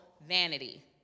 vanity